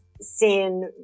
seen